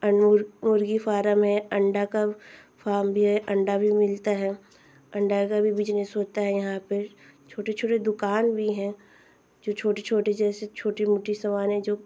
अनूर मुर्गी फारम में अंडा का फार्म भी है अंडा भी मिलता है अंडा का भी बिजनेस होता है यहाँ पर छोटे छोटे दुकान भी हैं जो छोटे छोटे जैसे छोटी मोटी समानें जो